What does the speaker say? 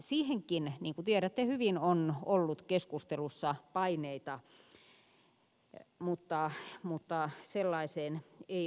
siihenkin niin kuin tiedätte hyvin on ollut keskustelussa paineita mutta sellaiseen ei ole menty